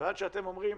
ועד שאתם אומרים: